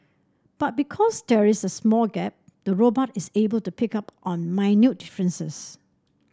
but because there is a small gap the robot is able to pick up on minute differences